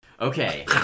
Okay